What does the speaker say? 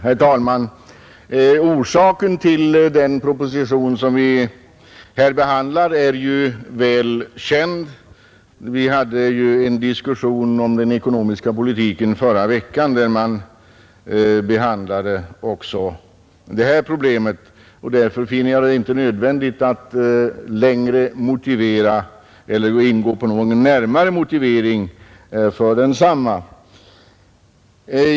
Herr talman! Orsaken till den proposition som vi här behandlar är väl känd. Vi hade ju en diskussion om den ekonomiska politiken i förra veckan, där vi behandlade även detta problem. Därför finner jag det inte nödvändigt att gå in på någon närmare motivering för propositionen.